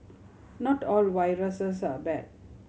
not all viruses are bad